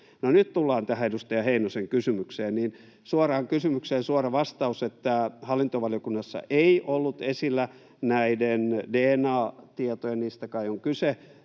nyt tullaan tähän edustaja Heinosen kysymykseen: Suoraan kysymykseen suora vastaus, että hallintovaliokunnassa ei ollut esillä dna-tietojen, mistä kai on kyse,